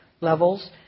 levels